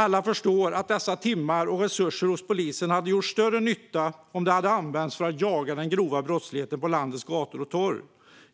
Alla förstår att dessa timmar och resurser hos polisen hade gjort större nytta om de hade använts för att jaga den grova brottsligheten på landets gator och torg